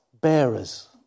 bearers